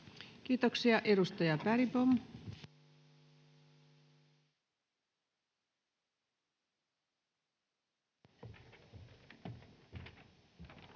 muutoksia. Edustaja Bergbom,